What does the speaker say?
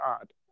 odd